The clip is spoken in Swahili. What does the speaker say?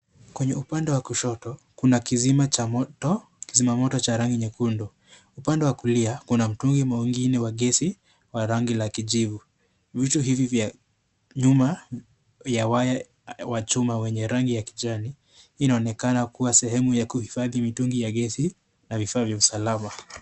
Kwenye upande wa kushoto kuna kizima moto moto cha rangi nyekundu, upande wa kulia kuna mtungi mwingine wa gesi wa rangi la kijivu, vitu hivi vya nyuma vya waya wa chuma wenye rangi ya kijani hii inaonekana kuwa sehemu ya kuhifadhi mitungi ya gesi na vifaa vya usalama.